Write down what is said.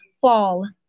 fall